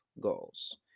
goals